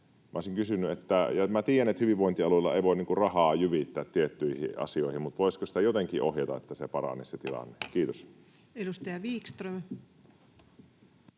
tällä hetkellä. Minä tiedän, että hyvinvointialueilla ei voi rahaa jyvittää tiettyihin asioihin, mutta voisiko sitä jotenkin ohjata, että se tilanne paranisi? — Kiitos. Edustaja Wickström.